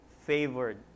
favored